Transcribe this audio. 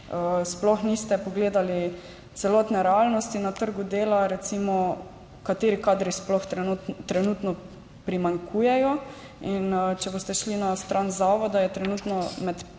Sploh niste pogledali celotne realnosti na trgu dela, recimo katerih kadrov sploh trenutno primanjkuje. Če boste šli na stran zavoda, so trenutno med 15